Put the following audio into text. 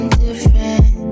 different